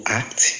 act